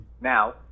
Now